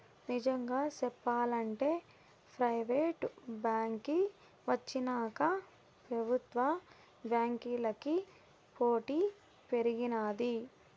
నిజంగా సెప్పాలంటే ప్రైవేటు బాంకీ వచ్చినాక పెబుత్వ బాంకీలకి పోటీ పెరిగినాది